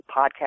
podcast